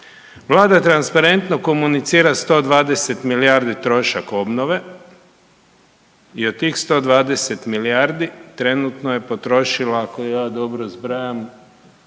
Vlada transparentno komunicira 120 milijardi trošak obnove i od tih 120 milijardi trenutno je potrošila, ako ja dobro zbrajam,